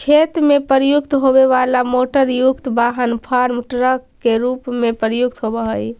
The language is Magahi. खेत में प्रयुक्त होवे वाला मोटरयुक्त वाहन फार्म ट्रक के रूप में प्रयुक्त होवऽ हई